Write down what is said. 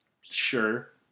Sure